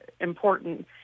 important